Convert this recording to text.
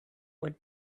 would